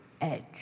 edge